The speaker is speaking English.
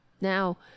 Now